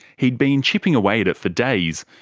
he'd been chipping away at it for days,